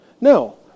No